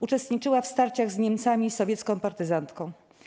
Uczestniczyła w starciach z Niemcami i sowiecką partyzantką.